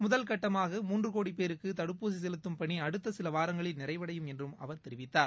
முதல்கட்டமாக மூன்று கோடி பேருக்கு தடுப்பூசி செலுத்தும் பணி அடுத்த சில வாரங்களில் நிறைவடையும் என்றும் அவர் தெரிவித்தார்